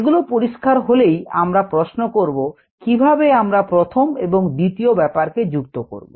এগুলো পরিষ্কার হলেই আমরা প্রশ্ন করব কিভাবে আমরা প্রথম এবং দ্বিতীয় ব্যাপার কে যুক্ত করব